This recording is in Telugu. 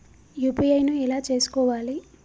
యూ.పీ.ఐ ను ఎలా చేస్కోవాలి?